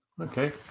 Okay